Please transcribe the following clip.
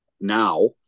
Now